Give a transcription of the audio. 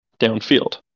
downfield